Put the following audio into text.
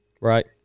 Right